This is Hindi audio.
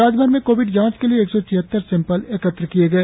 राज्यभर में कोविड जांच के लिए एक सौ छिहत्तर सैंपल एकत्र किए गए